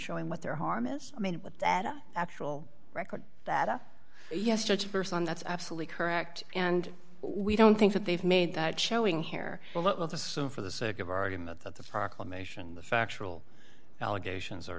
showing what their harm is made with their actual record that yes judge a person that's absolutely correct and we don't think that they've made that showing here well let's assume for the sake of argument that the proclamation the factual allegations are